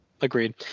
agreed